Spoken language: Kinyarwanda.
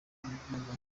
magambo